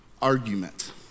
Argument